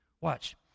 watch